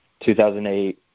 2008